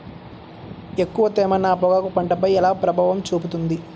ఎక్కువ తేమ నా పొగాకు పంటపై ఎలా ప్రభావం చూపుతుంది?